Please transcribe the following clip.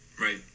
Right